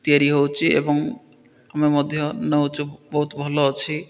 ତିଆରି ହେଉଛି ଏବଂ ଆମେ ମଧ୍ୟ ନେଉଛୁ ବହୁତ ଭଲ ଅଛି